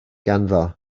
ganddo